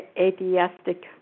atheistic